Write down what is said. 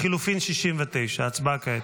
לחלופין 69. הצבעה כעת.